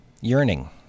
yearning